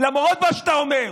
למרות מה שאתה אומר.